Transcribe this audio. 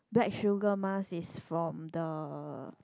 black sugar mask is from the